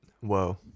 Whoa